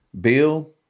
Bill